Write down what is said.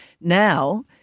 Now